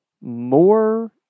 more